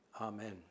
Amen